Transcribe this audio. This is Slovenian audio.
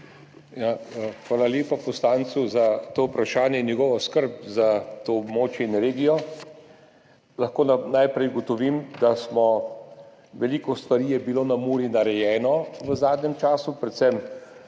Hvala lepa poslancu za to vprašanje in njegovo skrb za to območje in regijo. Lahko najprej ugotovim, da je bilo veliko stvari na Muri narejenih v zadnjem času, predvsem